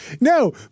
no